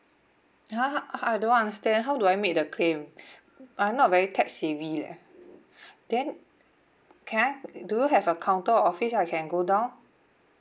!huh! I don't understand how do I make the claim I'm not very tech savvy leh then can I do you have a counter office I can go down